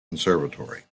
conservatory